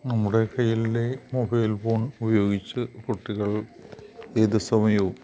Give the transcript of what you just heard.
നമ്മുടെ കയ്യിലെ mobile phone ഉപയോഗിച്ച് കുട്ടികൾ ഏതുസമയവും